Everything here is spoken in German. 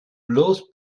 bloß